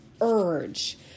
urge